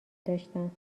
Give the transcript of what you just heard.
داشتم